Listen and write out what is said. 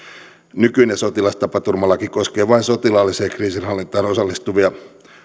nykyinen sotilastapaturmalaki koskee vain sotilaalliseen kriisinhallintaan osallistuvia